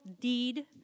deed